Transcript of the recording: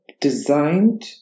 designed